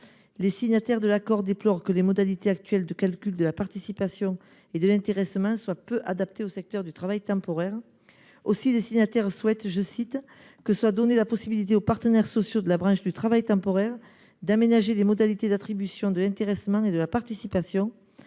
Les signataires de l’accord déplorent que les modalités actuelles de calcul de la participation et de l’intéressement soient peu adaptées au secteur du travail temporaire. Aussi souhaitent ils « que soit donnée la possibilité aux partenaires sociaux de la branche du travail temporaire d’aménager les modalités d’attribution de l’intéressement et de la participation,